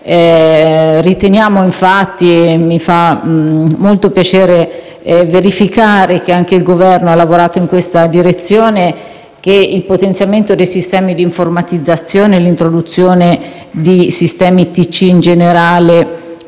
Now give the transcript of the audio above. Riteniamo, infatti - mi fa molto piacere verificare che anche il Governo ha lavorato in questa direzione - che il potenziamento dei sistemi di informatizzazione e l'introduzione di sistemi ITC in generale